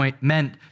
meant